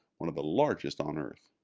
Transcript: one of the largest on earth.